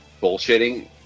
bullshitting